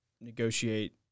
negotiate